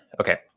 Okay